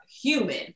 human